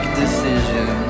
decision